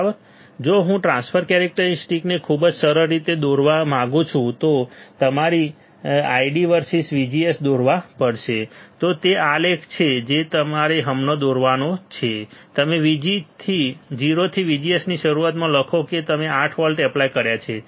બરાબર જો હું ટ્રાન્સફર કેરેક્ટરીસ્ટિક્સને ખૂબ જ સરળ રીતે દોરવા માંગુ છું તો તમારે ID વર્સીસ VGS દોરવા પડશે તો તે આલેખ છે જે તમારે હમણાં દોરવાનો છે તમે 0 થી VGS ની શરૂઆતમાં લખો કે તમે 8 વોલ્ટ એપ્લાય કર્યા છે